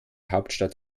hauptstadt